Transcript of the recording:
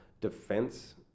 defense